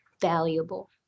valuable